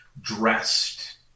dressed